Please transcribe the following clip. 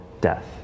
death